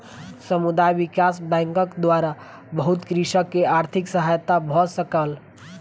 समुदाय विकास बैंकक द्वारा बहुत कृषक के आर्थिक सहायता भ सकल